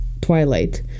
twilight